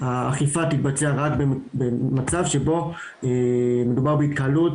האכיפה תתבצע רק במצב שבו מדובר בהתקהלות